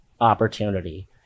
opportunity